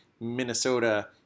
Minnesota